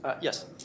Yes